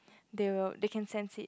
they will they can sense it